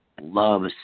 loves